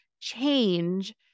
change